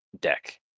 deck